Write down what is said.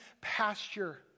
pasture